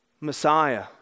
Messiah